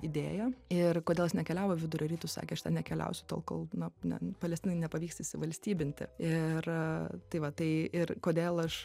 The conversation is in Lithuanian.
idėja ir kodėl jis nekeliavo į vidurio rytus sakė aš ten nekeliausiu tol kol na ne palestinai nepavyks įsivalstybinti ir tai va tai ir kodėl aš